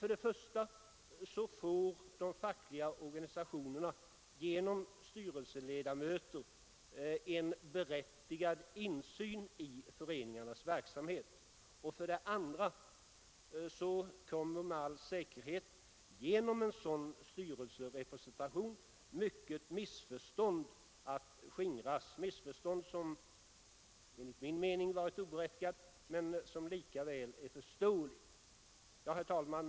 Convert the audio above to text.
För det första får de fackliga organisationerna genom styrelseledamöter en berättigad insyn i föreningarnas verksamhet. För det andra kommer med all säkerhet genom en sådan styrelserepresentation många missförstånd att skingras — missförstånd som enligt min mening varit oberättigade men likväl förståeliga. Herr talman!